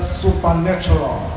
supernatural